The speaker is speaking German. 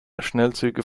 schnellzüge